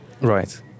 Right